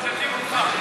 יום אחד ישימו אותך.